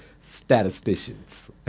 statisticians